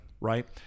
Right